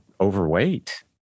overweight